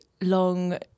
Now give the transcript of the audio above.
long